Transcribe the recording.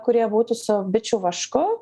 kurie būtų su bičių vašku